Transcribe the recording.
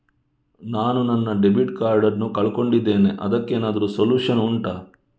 ನಾನು ನನ್ನ debit card ನ್ನು ಕಳ್ಕೊಂಡಿದ್ದೇನೆ ಅದಕ್ಕೇನಾದ್ರೂ ಸೊಲ್ಯೂಷನ್ ಉಂಟಾ